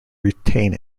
retain